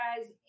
guys